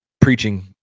preaching